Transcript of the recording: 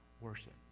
worship